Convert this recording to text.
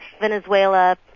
Venezuela